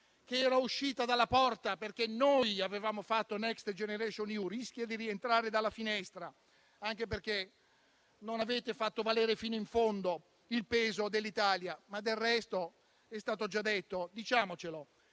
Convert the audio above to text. che era uscita dalla porta, perché noi avevamo fatto Next Generation EU, rischia di rientrare dalla finestra, anche perché non avete fatto valere fino in fondo il peso dell'Italia. Del resto, è stato già detto e diciamocelo: